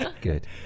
Good